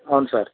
అవును సార్